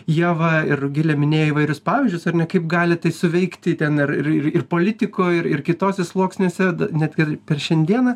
ieva ir rugilė minėjai įvairius pavyzdžius ar ne kaip gali tai suveikti ten ir ir politikoj ir ir kitose sluoksniuose net ir per šiandieną